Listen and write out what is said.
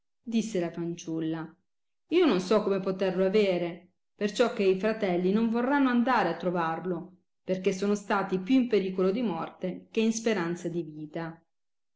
disse la fanciulla io non so come poterlo avere perciò che i fratelli non vorranno andare a trovarlo perchè sono stati più in pericolo di morte che in speranza di vita